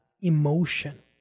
emotion